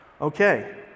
Okay